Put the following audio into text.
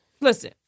listen